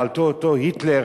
על-ידי אותו היטלר,